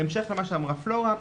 בהמשך למה שאמרה פלורה,